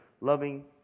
loving